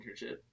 internship